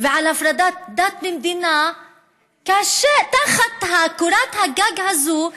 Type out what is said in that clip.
ועל הפרדת דת ממדינה תחת קורת הגג הזאת,